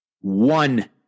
one